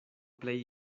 plej